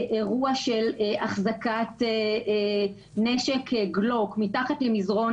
אירוע של החזקת נשק גלוק מתחת למזרן